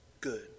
good